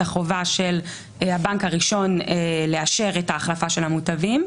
החובה של הבנק הראשון לאשר את ההחלפה של המוטבים.